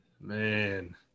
Man